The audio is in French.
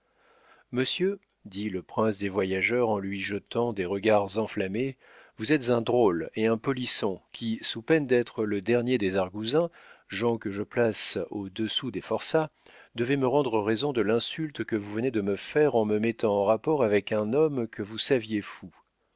monsieur dit le prince des voyageurs en lui jetant des regards enflammés vous êtes un drôle et un polisson qui sous peine d'être le dernier des argousins gens que je place au-dessous des forçats devez me rendre raison de l'insulte que vous venez de me faire en me mettant en rapport avec un homme que vous saviez fou